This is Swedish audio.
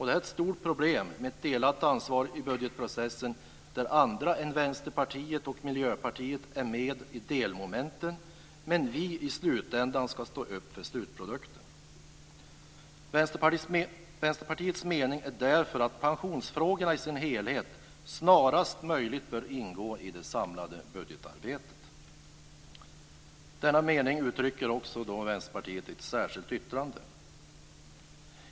Det är ett stort problem med ett delat ansvar i budgetprocessen, där andra än Vänsterpartiet och Miljöpartiet är med i delmomenten men vi i slutändan ska stå upp för slutprodukten. Vänsterpartiets mening är därför att pensionsfrågorna i sin helhet snarast möjligt bör ingå i det samlade budgetarbetet. Denna mening uttrycker Vänsterpartiet i ett särskilt yttrande.